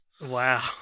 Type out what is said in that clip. Wow